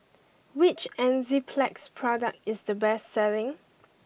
which Enzyplex product is the best selling